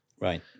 Right